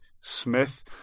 Smith